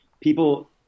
people